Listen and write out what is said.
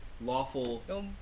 Lawful